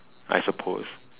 I suppose